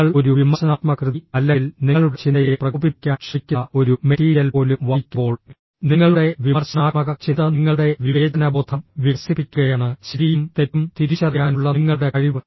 നിങ്ങൾ ഒരു വിമർശനാത്മക കൃതി അല്ലെങ്കിൽ നിങ്ങളുടെ ചിന്തയെ പ്രകോപിപ്പിക്കാൻ ശ്രമിക്കുന്ന ഒരു മെറ്റീരിയൽ പോലും വായിക്കുമ്പോൾ നിങ്ങളുടെ വിമർശനാത്മക ചിന്ത നിങ്ങളുടെ വിവേചനബോധം വികസിപ്പിക്കുകയാണ് ശരിയും തെറ്റും തിരിച്ചറിയാനുള്ള നിങ്ങളുടെ കഴിവ്